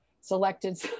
selected